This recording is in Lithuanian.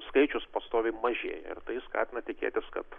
skaičius pastoviai mažėja ir tai skatina tikėtis kad